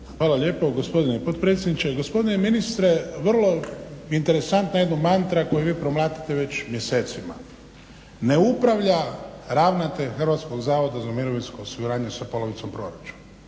Hvala lijepo gospodine potpredsjedniče. Gospodine ministre vrlo interesantna jedna mantra koju vi mlatite već mjesecima. Ne upravlja ravnatelj Hrvatskog zavoda za mirovinsko osiguranje sa polovicom proračuna.